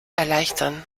erleichtern